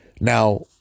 Now